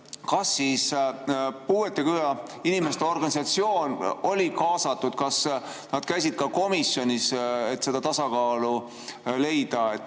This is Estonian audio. kas puuetega inimeste organisatsioon oli kaasatud? Kas nad käisid ka komisjonis, et seda tasakaalu leida?